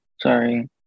Sorry